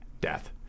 death